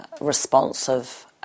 responsive